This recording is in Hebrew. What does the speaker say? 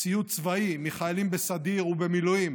ציוד צבאי מחיילים בסדיר ובמילואים,